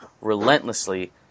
relentlessly